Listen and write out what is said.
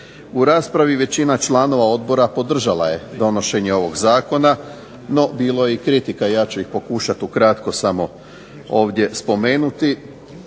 U raspravi većina članova odbora podržala je donošenje ovog zakona no bilo je i kritika. Ja ću ih pokušati ukratko samo ovdje spomenuti.